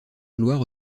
gloire